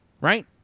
right